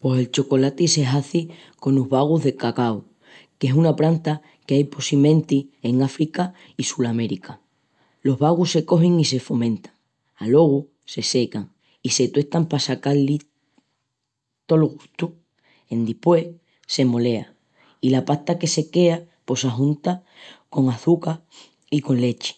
Pos el chocolati se hazi conos bagus de cacau, qu'es una pranta qu'ai possimenti en África i Sulamérica. Los bagus se cogin i se fomentan. Alogu se secan i se tuestan pa saca-lis tol gustu. Endispués se molea i la pasta que quea pos s'ajunta con açuca i con lechi.